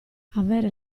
avere